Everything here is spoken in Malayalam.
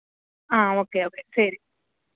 ആ ഓക്കെ ഓക്കെ ശരി